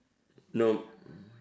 no